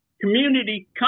community